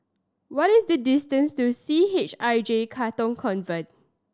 what is the distance to C H I J Katong Convent